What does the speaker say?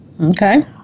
Okay